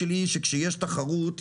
כשאני באה לכספומט פרטי,